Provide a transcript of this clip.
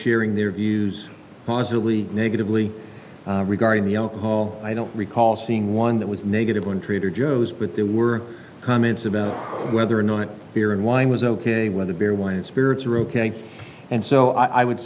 sharing their views positively negatively regarding the alcohol i don't recall seeing one that was negative one trader joes but there were comments about whether or not beer and wine was ok whether beer wine and spirits are ok and so i would